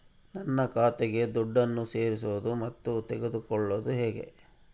ನನ್ನ ಖಾತೆಗೆ ದುಡ್ಡನ್ನು ಸೇರಿಸೋದು ಮತ್ತೆ ತಗೊಳ್ಳೋದು ಹೇಗೆ?